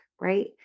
right